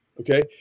Okay